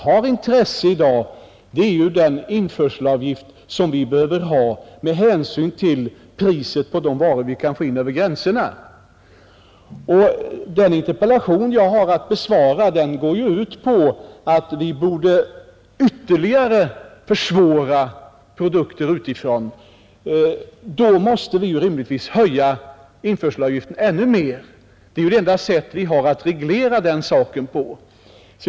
Vad som i dag har intresse är den införselavgift vi behöver ha med hänsyn till priset på de varor vi kan få in över gränserna. Den interpellation jag hade att besvara går ju ut på att vi borde ytterligare försvåra import av produkter utifrån. Då måste vi rimligtvis höja införselavgifterna ännu mer. Det är det enda sätt på vilket vi kan reglera den saken.